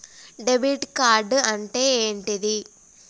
Debit card అంటే ఏంటిది?